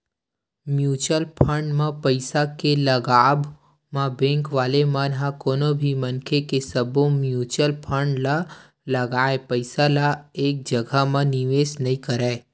mutual fund म पइसा के लगावब म बेंक वाले मन ह कोनो भी मनखे के सब्बो म्युचुअल फंड म लगाए पइसा ल एक जघा म निवेस नइ करय